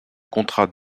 contrat